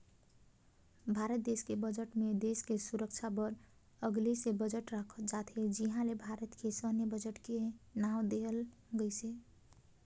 भारत देस के बजट मे देस के सुरक्छा बर अगले से बजट राखल जाथे जिहां ले भारत के सैन्य बजट के नांव देहल गइसे